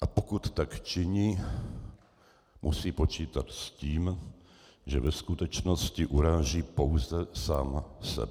A pokud tak činí, musí počítat s tím, že ve skutečnosti uráží pouze sám sebe.